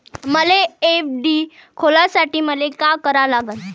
मले एफ.डी खोलासाठी मले का करा लागन?